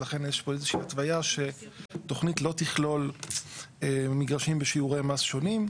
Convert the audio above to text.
לכן יש פה איזה שהיא התוויה שהתוכנית לא תכלול מגרשים בשיעורי מס שונים,